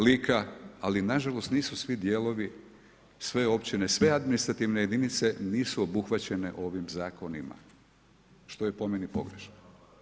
Lika, ali nažalost nisu svi dijelovi, sve općine, sve administrativne jedinice nisu obuhvaćene ovim zakonima što je po meni pogrešno.